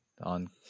on